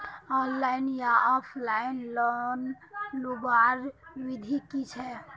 Online या offline loan लुबार विधि की छे?